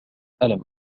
ألم